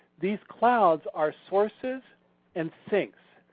these clouds are sources and sinks.